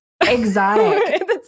Exotic